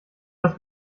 das